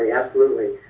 yeah absolutely!